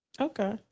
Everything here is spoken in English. Okay